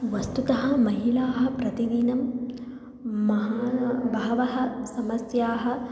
वस्तुतः महिलाः प्रतिदिनं महान् बह्व्यः समस्याः